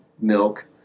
milk